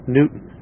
Newton